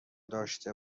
داشته